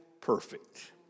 perfect